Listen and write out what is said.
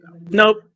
nope